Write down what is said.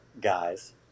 guys